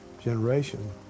generation